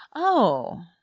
oh,